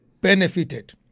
benefited